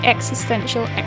Existential